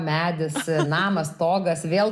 medis namas stogas vėl